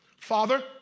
father